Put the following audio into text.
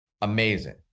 Amazing